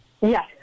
Yes